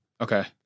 Okay